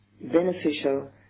beneficial